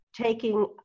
taking